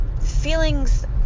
feelings